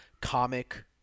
comic-